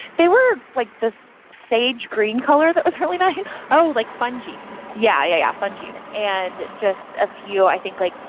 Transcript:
they were, like, this sage green color that was really nice oh, like fun jeans yeah. yeah. yeah. yeah, fun jeans and just a few i think, like,